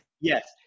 Yes